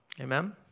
Amen